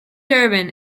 durban